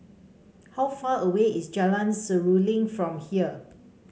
how far away is Jalan Seruling from here